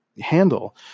handle